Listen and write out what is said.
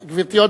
גברתי,